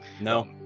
No